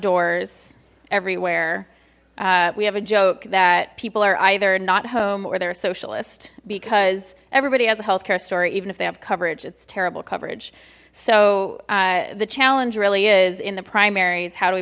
doors everywhere we have a joke that people are either not home or they're socialist because everybody has a health care story even if they have come it's terrible coverage so the challenge really is in the primaries how do we